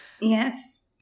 yes